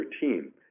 team